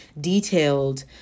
detailed